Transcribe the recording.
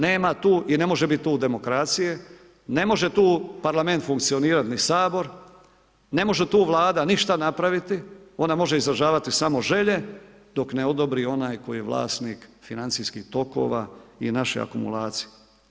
Nema tu i ne može biti tu demokracije, ne može tu Parlament funkcionirati ni Sabor, ne može tu Vlada ništa napraviti, ona može samo izražavati samo želje dok ne odobri onaj koji je vlasnik financijskih tokova i naše akumulacije.